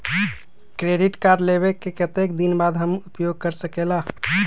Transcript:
Credit card लेबे के कतेक दिन बाद हम उपयोग कर सकेला?